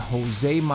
Jose